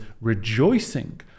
rejoicing